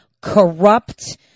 corrupt